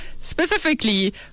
Specifically